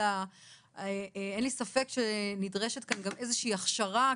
אלא אין לי ספק שנדרשת כאן גם איזה שהיא הכשרה.